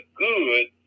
good